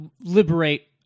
liberate